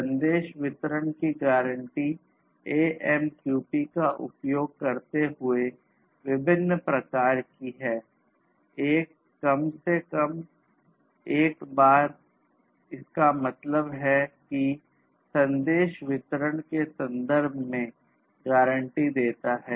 संदेश वितरण की गारंटी AMQP का उपयोग करते हुए विभिन्न प्रकार की हैं एक कम से कम एक बार इसका मतलब है कि संदेश वितरण के संदर्भ में गारंटी देता है